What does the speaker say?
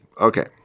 Okay